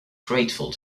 grateful